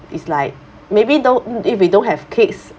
it's like maybe don't m~ if you don't have kids